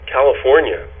California